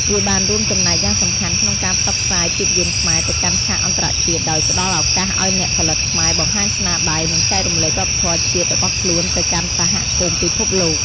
វាបានរួមចំណែកយ៉ាងសំខាន់ក្នុងការផ្សព្វផ្សាយភាពយន្តខ្មែរទៅកាន់ឆាកអន្តរជាតិ ដោយផ្តល់ឱកាសឲ្យអ្នកផលិតខ្មែរបង្ហាញស្នាដៃ និងចែករំលែកវប្បធម៌ជាតិរបស់ខ្លួនទៅកាន់សហគមន៍ពិភពលោក។